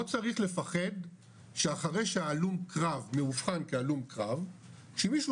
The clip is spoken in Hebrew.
לא צריך לפחד שאחרי שהלום קרב מאובחן כהלום קרב שמישהו